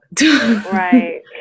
right